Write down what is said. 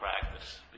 practice